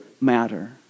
matter